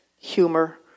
humor